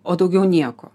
o daugiau nieko